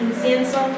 incienso